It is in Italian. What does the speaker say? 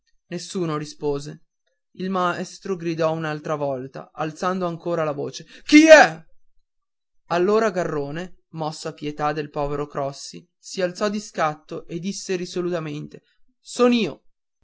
nessuno rispose il maestro gridò un'altra volta alzando ancora la voce chi è allora garrone mosso a pietà del povero crossi si alzò di scatto e disse risolutamente son io